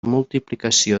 multiplicació